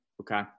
Okay